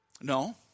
No